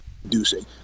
producing